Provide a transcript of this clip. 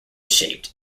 shaped